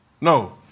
No